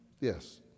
Yes